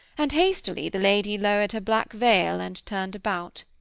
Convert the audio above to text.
and hastily the lady lowered her black veil, and turned about.